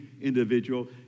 individual